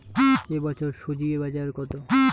এ বছর স্বজি বাজার কত?